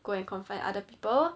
go and confide other people